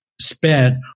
spent